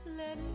let